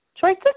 Choices